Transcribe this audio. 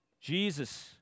Jesus